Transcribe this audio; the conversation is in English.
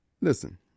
Listen